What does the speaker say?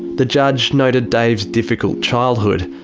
the judge noted dave's difficult childhood,